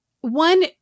one